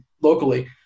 locally